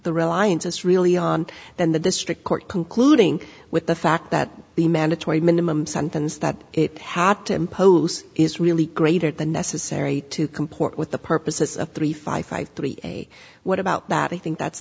the reliance us really on than the district court concluding with the fact that the mandatory minimum sentence that it had to impose is really great at the necessary to comport with the purposes of three five five three what about that i think that's